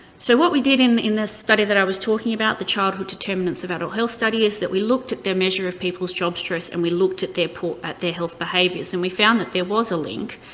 so what we did in in the study that i was talking about, the childhood determinants of adult health study is that we looked at the measure of peoples' job stress and we looked at their poor, at their health behaviors and we found that there was a link,